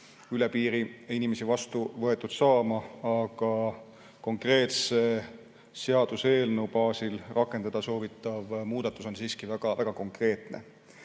tulevaid inimesi vastu võtma, aga [kõnealuse] seaduseelnõu baasil rakendada soovitav muudatus on siiski väga konkreetne.